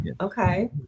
okay